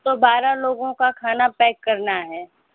तो बारह लोगों का खाना पैक करना है